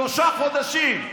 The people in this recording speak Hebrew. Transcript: שלושה חודשים,